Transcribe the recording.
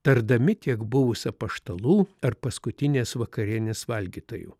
tardami tiek buvus apaštalų ar paskutinės vakarienės valgytojų